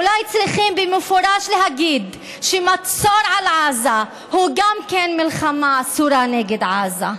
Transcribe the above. אולי צריכים במפורש להגיד שמצור על עזה גם הוא מלחמה אסורה נגד עזה.